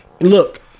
look